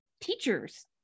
teachers